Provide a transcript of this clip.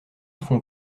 font